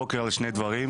הבוקר על שני דברים.